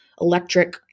electric